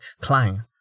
clang